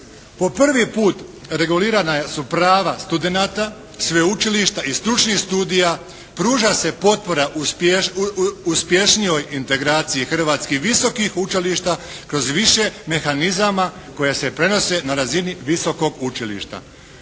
Po prvi put regulirana su prava studenata sveučilišta i stručnih studija pruža se potpora uspješnijoj integraciji hrvatskih visokih učilišta kroz više mehanizama koji se prenose na razini visokog učilišta.